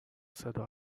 صدا